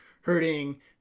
hurting